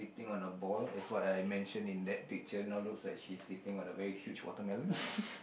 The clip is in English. sitting on a ball is what I mentioned in that picture now looks like she is sitting on a very huge watermelon